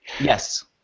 Yes